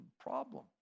problem